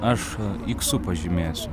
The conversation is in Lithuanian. aš iksu pažymėsiu